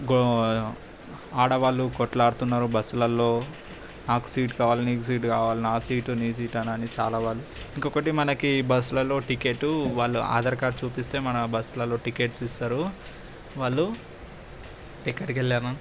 go ఆడవాళ్ళు కొట్లాడుతున్నారు బస్లలో నాకు సీట్ కావాలి నీకు సీట్ కావాలి నా సీటు నీ సీటు అని చాలా వాళ్ళు ఇంకా ఒకటి మనకి బస్లలో టికెటు వాళ్ళు ఆధార్ కార్డ్ చూపిస్తే మన బస్లలో టికెట్స్ ఇస్తారు వాళ్ళు టికెట్ ఎక్కడికి వెళ్ళామా